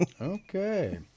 Okay